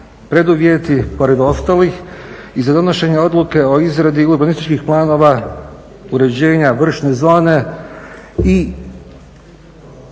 preduvjeti pored ostalih i za donošenje odluke o izradi urbanističkih planova uređenja vršne zone i